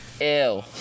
Ew